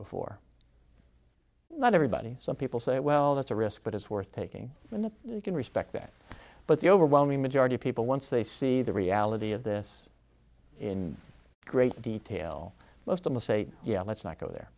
before not everybody some people say well that's a risk but it's worth taking and you can respect that but the overwhelming majority of people once they see the reality of this in great detail most of us say yeah let's not go there